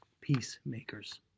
peacemakers